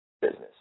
Business